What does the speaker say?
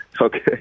Okay